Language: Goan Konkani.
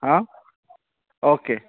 आं ओके